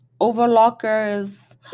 overlockers